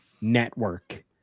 network